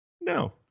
No